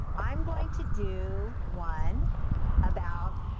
i'm going to do one about,